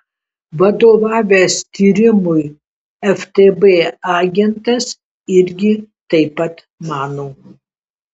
vadovavęs tyrimui ftb agentas irgi taip pat mano